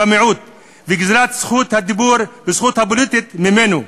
במיעוט וגזלת זכות הדיבור והזכות הפוליטית ממנו.